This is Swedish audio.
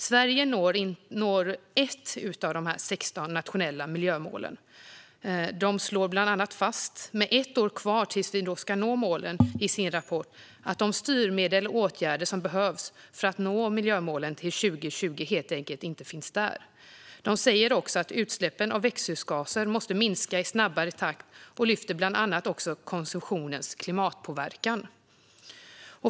Sverige når ett enda av de 16 nationella miljömålen. Naturvårdsverket slår bland annat fast i sin rapport - med ett år kvar tills vi ska nå målen - att de styrmedel och åtgärder som behövs för att nå miljömålen till 2020 helt enkelt inte finns där. De säger att utsläppen av växthusgaser måste minska i snabbare takt, och de lyfter bland annat också fram konsumtionens klimatpåverkan.